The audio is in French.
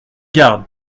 garde